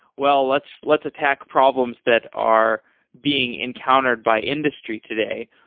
well, let's let's attack problems that are being encountered by industry today.